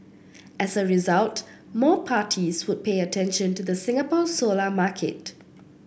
as a result more parties would pay attention to the Singapore solar market